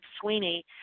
Sweeney